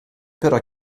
però